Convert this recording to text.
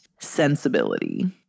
sensibility